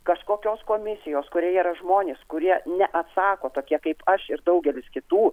kažkokios komisijos kurioje yra žmonės kurie neatsako tokie kaip aš ir daugelis kitų